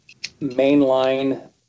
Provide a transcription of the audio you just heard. mainline